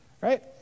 right